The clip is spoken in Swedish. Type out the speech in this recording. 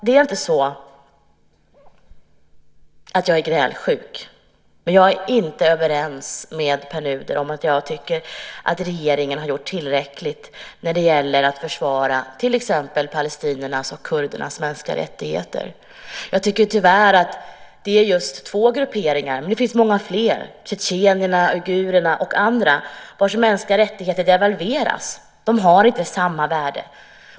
Jag är inte grälsjuk, men jag är inte överens med Pär Nuder om att regeringen har gjort tillräckligt när det gäller att försvara till exempel palestiniernas och kurdernas mänskliga rättigheter. Det finns fler grupperingar, tjetjener, uigurer och andra, vars mänskliga rättigheter devalveras. De har inte samma värde.